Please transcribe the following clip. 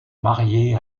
mariée